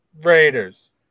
Raiders